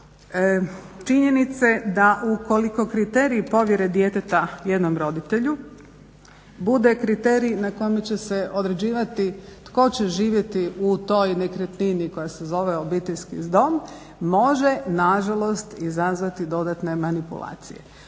činjenice da ukoliko kriterij povjere djeteta jednom roditelju bude kriterij na kojem će se određivati tko će živjeti u toj nekretnini koja se zove obiteljski dom može nažalost izazvati dodatne manipulacije.